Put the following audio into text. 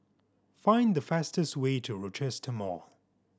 find the fastest way to Rochester Mall